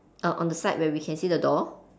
err on the side where we can see the door